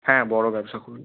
হ্যাঁ বড়ো ব্যবসা খুবই